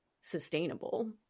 sustainable